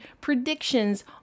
predictions